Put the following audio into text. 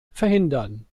verhindern